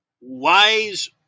wise